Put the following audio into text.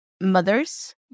mothers